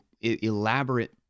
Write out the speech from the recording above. elaborate